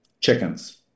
chickens